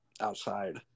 outside